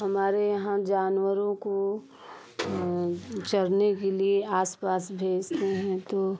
हमारे यहाँ जानवरों को चरने के लिए आसपास भेजते हैं तो